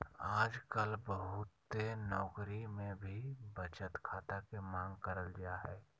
आजकल बहुते नौकरी मे भी बचत खाता के मांग करल जा हय